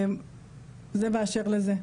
זה באשר לזה.